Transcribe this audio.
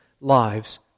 lives